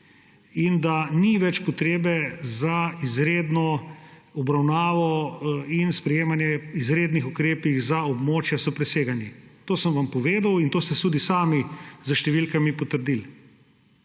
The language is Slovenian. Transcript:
in da ni več potrebe za izredno obravnavo in sprejemanje izrednih ukrepov za področja s preseganji. To sem vam povedal in to ste tudi sami s številkami potrdili.